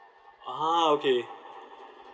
ah okay